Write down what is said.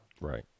Right